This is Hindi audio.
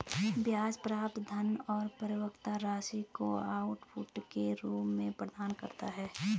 ब्याज प्राप्त धन और परिपक्वता राशि को आउटपुट के रूप में प्रदान करता है